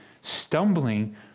stumbling